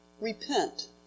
Repent